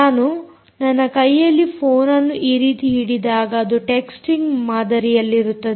ನಾನು ನನ್ನ ಕೈಯಲ್ಲಿ ಫೋನ್ಅನ್ನು ಈ ರೀತಿ ಹಿಡಿದಾಗ ಅದು ಟೆಕ್ಸ್ಟಿಂಗ್ ಮಾದರಿಯಲ್ಲಿರುತ್ತದೆ